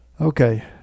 Okay